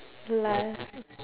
love